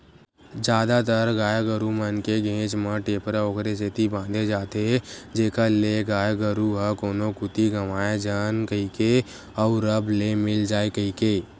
जादातर गाय गरु मन के घेंच म टेपरा ओखरे सेती बांधे जाथे जेखर ले गाय गरु ह कोनो कोती गंवाए झन कहिके अउ रब ले मिल जाय कहिके